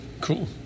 Cool